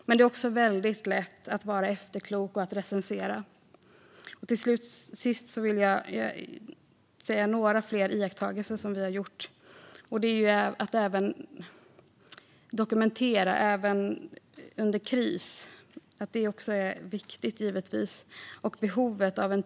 Men det är väldigt lätt att vara efterklok och att recensera. Till sist vill jag nämna några fler iakttagelser som vi har gjort. Det är viktigt att dokumentera även under en kris.